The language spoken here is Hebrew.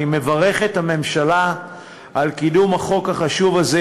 אבל אני מברך את הממשלה על קידום החוק החשוב הזה,